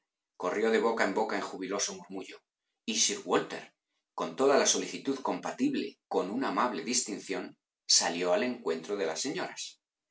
corrió de boca en boca en jubiloso murmullo y sir walter con toda la solicitud compatible con una amable distinción salió al encuentro de las señoras